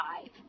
five